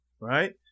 Right